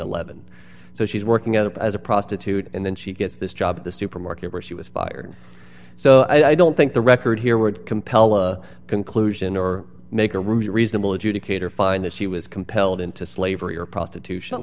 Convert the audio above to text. eleven so she's working out as a prostitute and then she gets this job at the supermarket where she was fired so i don't think the record here would compel a conclusion or make a reasonable adjudicator find that she was compelled into slavery or prostitution